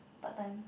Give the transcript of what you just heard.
part time